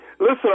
Listen